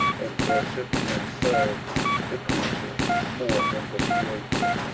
and worshipped and served the creature more than the creator,